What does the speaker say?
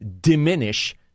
diminish